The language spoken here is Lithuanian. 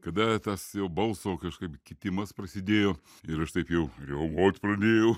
kada tas jau balso kažkaip kitimas prasidėjo ir aš taip jau riaumot pradėjau